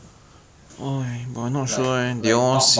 like mm like what you want me to do early game